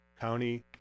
county